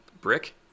Brick